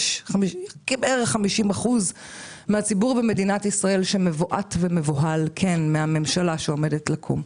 בערך 50% מן הציבור במדינת ישראל שמבועת ומבוהל מן הממשלה שעומדת לקום.